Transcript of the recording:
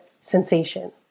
sensation